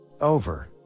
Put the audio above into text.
over